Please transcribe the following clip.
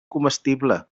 comestible